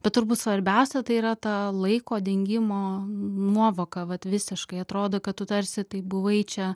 bet turbūt svarbiausia tai yra ta laiko dingimo nuovoka vat visiškai atrodo kad tu tarsi tai buvai čia